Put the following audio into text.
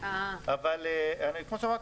אבל כמו שאמרתי,